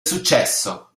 successo